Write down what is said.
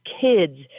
kids